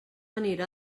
anirà